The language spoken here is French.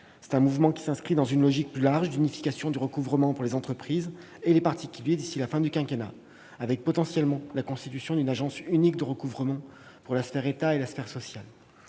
Ce mouvement s'inscrit dans une logique plus large d'unification du recouvrement pour les entreprises et les particuliers d'ici à la fin du quinquennat. Dans cet esprit, une agence unique de recouvrement pour la sphère de l'État et la sphère sociale